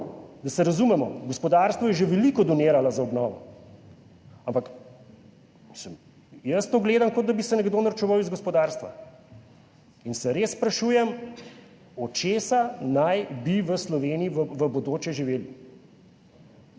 Da se razumemo gospodarstvo je že veliko doniralo za obnovo, ampak, mislim, jaz to gledam kot, da bi se nekdo norčeval iz gospodarstva in se res sprašujem od česa naj bi v Sloveniji v bodoče živeli,